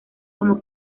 como